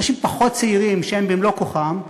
אנשים פחות צעירים שהם במלוא כוחם,